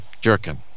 jerkin